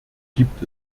gibt